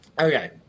Okay